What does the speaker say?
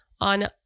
on